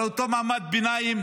אותו מעמד ביניים